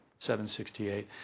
768